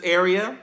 area